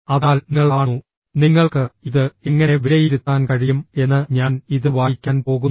അതിനാൽ നിങ്ങൾ കാണുന്നു നിങ്ങൾക്ക് ഇത് എങ്ങനെ വിലയിരുത്താൻ കഴിയും എന്ന് ഞാൻ ഇത് വായിക്കാൻ പോകുന്നു